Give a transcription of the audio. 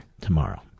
tomorrow